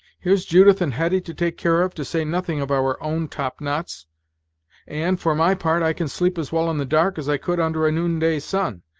here's judith and hetty to take care of, to say nothing of our own top-knots and, for my part, i can sleep as well in the dark as i could under a noonday sun.